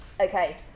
Okay